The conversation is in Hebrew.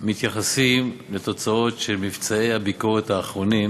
מתייחסים לתוצאות של מבצעי הביקורת האחרונים